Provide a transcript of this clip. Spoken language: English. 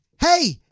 hey